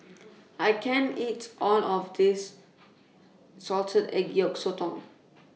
I can't eat All of This Salted Egg Yolk Sotong